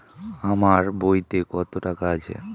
আমার বইতে কত টাকা আছে?